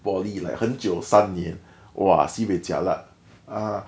poly like 很久三年 !wah! sibei jialat ah